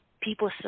People